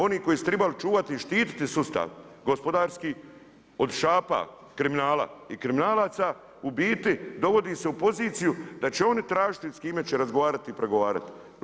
Oni koji su tribali čuvati i štititi sustav gospodarski od šapa kriminala i kriminalaca u biti dovodi se u poziciju da će oni tražiti s kime će razgovarati i pregovarati.